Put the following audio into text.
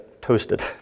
toasted